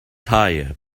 tire